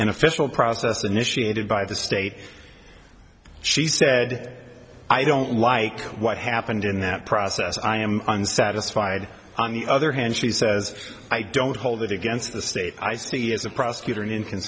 and official process initiated by the state she said i don't like what happened in that process i am unsatisfied on the other hand she says i don't hold it against the state i see as a prosecutor an